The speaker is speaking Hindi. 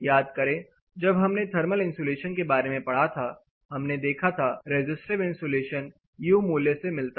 याद करें जब हमने थर्मल इंसुलेशन के बारे में पढ़ा था हमने देखा था रेजिस्टिव इंसुलेशन यू मूल्य से मिलता है